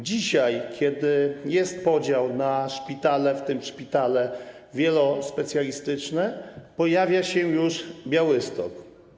Dzisiaj, kiedy jest podział na szpitale, w tym szpitale wielospecjalistyczne, pojawia się już Białystok.